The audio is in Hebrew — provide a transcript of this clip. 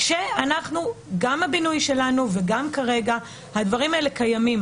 כשגם כרגע הדברים האלה קיימים,